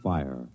Fire